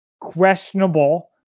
questionable